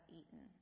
eaten